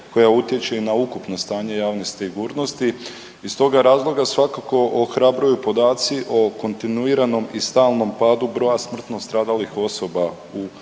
koja utječe i na ukupno stanje javne sigurnosti. I iz toga razloga svakako ohrabruju podaci o kontinuiranom i stalnom padu broja smrtno stradalih osoba u prometnim